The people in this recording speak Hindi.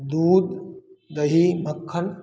दूध दही मक्खन